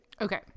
Okay